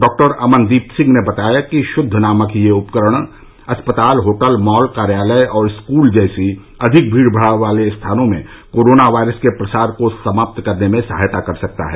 doctor Amandeep Singh ने बताया कि शुद्ध नामक यह उपकरण अस्पताल होटल मॉल कार्यालय और स्कूल जैसे अधिक भीड़ भाड़ वाले स्थानों में कोरोना वायरस के प्रसार को समाप्त करने में सहायता कर सकता है